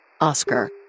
Oscar